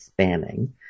spamming